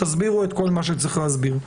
תסבירו את כל מה שצריך להסביר.